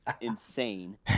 insane